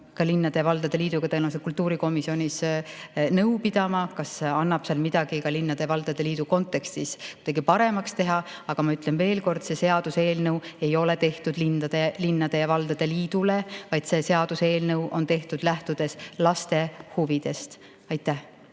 ka linnade ja valdade liiduga tõenäoliselt nõu, kas annab eelnõus midagi ka linnade ja valdade liidu kontekstis kuidagi paremaks teha. Aga ma ütlen veel kord: see seaduseelnõu ei ole tehtud linnade ja valdade liidule, vaid see seaduseelnõu on tehtud, lähtudes laste huvidest. Aitäh!